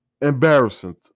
embarrassing